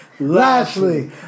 Lashley